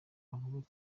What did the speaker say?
avuge